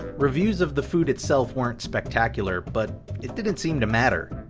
reviews of the food itself weren't spectacular but it didn't seem to matter.